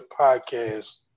podcast